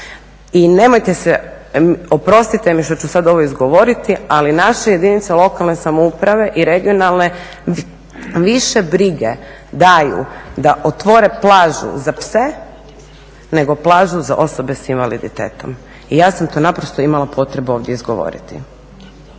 I nemojte se, oprostite mi što ću sad ovo izgovoriti, ali naše jedinice lokalne samouprave i regionalne više brige daju da otvore plažu za pse nego plažu za osobe s invaliditetom i ja sam to naprosto imala potrebu ovdje izgovoriti.